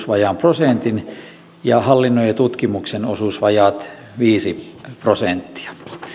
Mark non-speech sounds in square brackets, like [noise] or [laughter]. [unintelligible] vajaan prosentin ja hallinnon ja tutkimuksen osuus vajaat viisi prosenttia